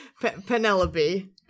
Penelope